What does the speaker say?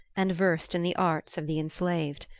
and versed in the arts of the enslaved.